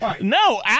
No